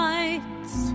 Lights